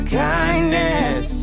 kindness